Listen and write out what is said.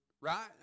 right